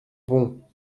bon